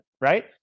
right